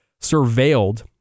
surveilled